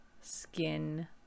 skin